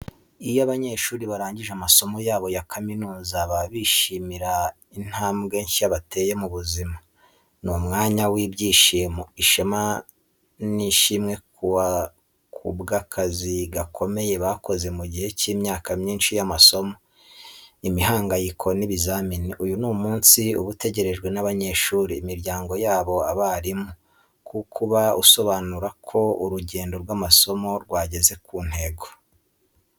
Iyo abanyeshuri barangije amasomo yabo ya kaminuza, baba bishimira intambwe nshya bateye mu buzima. Ni umwanya w’ibyishimo, ishema n’ishimwe ku bw’akazi gakomeye bakoze mu gihe cy’imyaka myinshi y’amasomo, imihangayiko, n’ibizamini. Uyu ni umunsi uba utegerejwe n’abanyeshuri, imiryango yabo, n’abarimu, kuko uba usobanura ko urugendo rw’amasomo rwageze ku ntego.